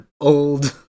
old